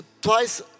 twice